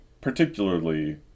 particularly